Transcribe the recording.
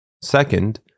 Second